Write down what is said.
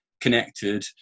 connected